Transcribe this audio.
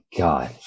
god